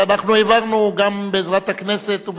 ואנחנו העברנו גם בעזרת הכנסת,